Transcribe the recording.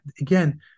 again